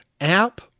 app